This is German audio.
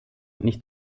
nicht